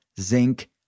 zinc